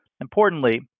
Importantly